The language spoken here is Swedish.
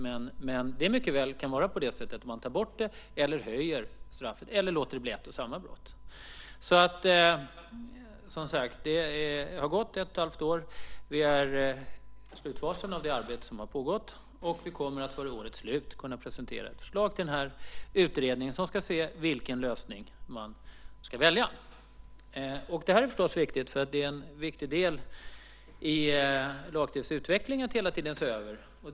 Det kan mycket väl vara på det sättet att man ska ta bort brottet, höja straffet, eller låta det bli ett och samma brott. Det har gått ett och ett halvt år. Vi är i slutfasen av det arbete som har pågått. Vi kommer att före årets slut kunna presentera ett förslag till utredningen som ska se vilken lösning man ska välja. Det är förstås viktigt. Det är en viktig del i lagstiftningens utveckling att hela tiden se över den.